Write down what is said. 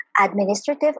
Administrative